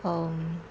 um